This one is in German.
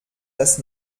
das